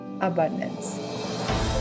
abundance